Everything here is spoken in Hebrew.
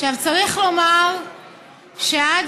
צריך לומר שעד,